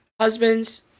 husbands